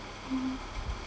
mm